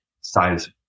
size